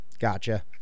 Gotcha